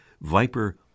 Viper